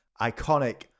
iconic